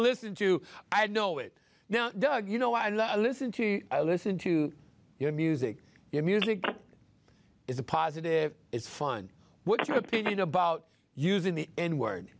listen to i know it now doug you know i listen to i listen to your music your music is a positive it's fine what's your opinion about using the n word